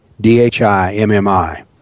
D-H-I-M-M-I